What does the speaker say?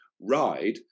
ride